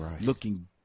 looking